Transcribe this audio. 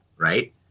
Right